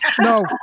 No